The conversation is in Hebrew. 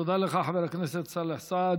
תודה לך, חבר הכנסת סאלח סעד.